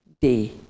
day